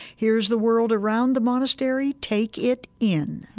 here's the world around the monastery, take it in.